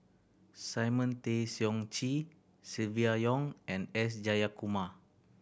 Simon Tay Seong Chee Silvia Yong and S Jayakumar